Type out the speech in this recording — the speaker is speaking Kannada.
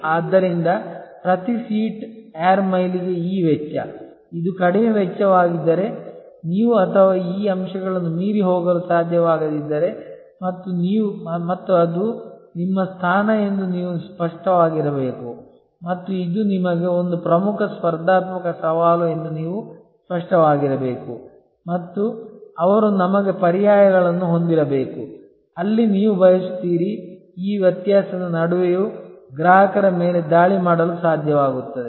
ಆದ್ದರಿಂದ ಪ್ರತಿ ಸೀಟ್ ಏರ್ ಮೈಲಿಗೆ ಈ ವೆಚ್ಚ ಇದು ಕಡಿಮೆ ವೆಚ್ಚವಾಗಿದ್ದರೆ ನೀವು ಅಥವಾ ಈ ಅಂಶಗಳನ್ನು ಮೀರಿ ಹೋಗಲು ಸಾಧ್ಯವಾಗದಿದ್ದರೆ ಮತ್ತು ಅದು ನಿಮ್ಮ ಸ್ಥಾನ ಎಂದು ನೀವು ಸ್ಪಷ್ಟವಾಗಿರಬೇಕು ಮತ್ತು ಇದು ನಿಮಗೆ ಒಂದು ಪ್ರಮುಖ ಸ್ಪರ್ಧಾತ್ಮಕ ಸವಾಲು ಎಂದು ನೀವು ಸ್ಪಷ್ಟವಾಗಿರಬೇಕು ಮತ್ತು ಅವರು ನಮಗೆ ಪರ್ಯಾಯಗಳನ್ನು ಹೊಂದಿರಬೇಕು ಅಲ್ಲಿ ನೀವು ಬಯಸುತ್ತೀರಿ ಈ ವ್ಯತ್ಯಾಸದ ನಡುವೆಯೂ ಗ್ರಾಹಕರ ಮೇಲೆ ದಾಳಿ ಮಾಡಲು ಸಾಧ್ಯವಾಗುತ್ತದೆ